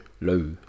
Low